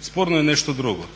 Sporno je nešto drugo,